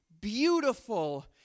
beautiful